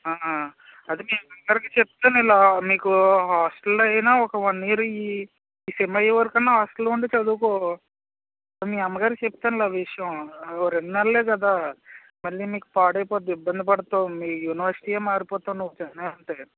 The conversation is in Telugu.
అదే మీ అమ్మగారికి చెప్తాను ఇలా నీకు హాస్టల్లో అయినా ఒక వన్ ఇయర్ ఈ సెమ్ అయ్యే వరకైనా హాస్టల్లో ఉండి చదువుకో మీ అమ్మగారికి చెప్తానులే ఆ విషయం రెండు నెలలే కదా మళ్ళీ నీకు పాడైపోతుంది ఇబ్బంది పడతావు మీ యూనివర్సిటీయే మారిపోతున్నావు సెమ్ ఆపితే